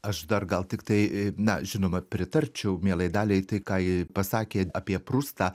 aš dar gal tiktai na žinoma pritarčiau mielai daliai tai ką ji pasakė apie prustą